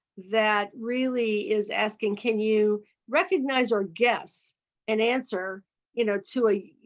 that really is asking can you recognize or guess an answer you know to a